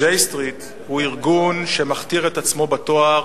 J Street הוא ארגון שמכתיר את עצמו בתואר